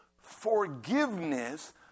forgiveness